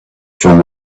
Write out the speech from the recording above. from